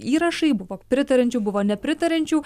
įrašai pritariančių buvo nepritariančių